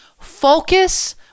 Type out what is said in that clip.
Focus